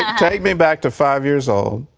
take me back to five years old.